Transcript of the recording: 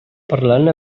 parlant